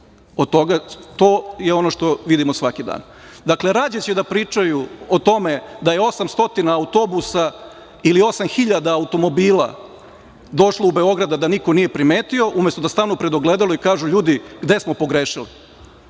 To je ono što vidimo svaki dan. Dakle, radije će da pričaju o tome da je 800 autobusa ili 8.000 automobila došlo u Beograd, a da niko nije primetio, umesto da stanu pred ogledalo i kažu – ljudi, gde smo pogrešili,